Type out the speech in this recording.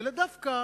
אלא דווקא